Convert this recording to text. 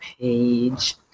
page